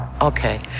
Okay